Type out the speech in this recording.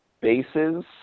bases